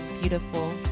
beautiful